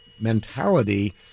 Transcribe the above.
mentality